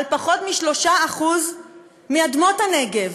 על פחות מ-3% מאדמות הנגב.